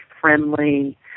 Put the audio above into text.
friendly